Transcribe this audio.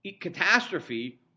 catastrophe